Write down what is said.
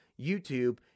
YouTube